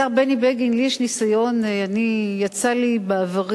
השר בני בגין, לי יש ניסיון, יצא לי בעברי,